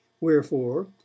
wherefore